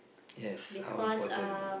yes how important